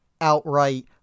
outright